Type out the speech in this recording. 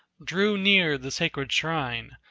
drew near the sacred shrine,